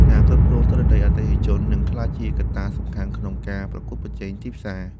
ការគ្រប់គ្រងទិន្នន័យអតិថិជន នឹងក្លាយជាកត្តាសំខាន់ក្នុងការប្រកួតប្រជែងទីផ្សារ។